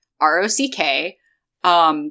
R-O-C-K